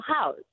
house